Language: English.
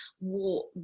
war